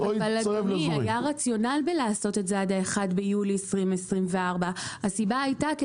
אבל היה רציונל בלעשות את זה עד 1.7.24. הסיבה היתה,